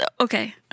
okay